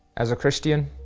as a christian,